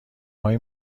های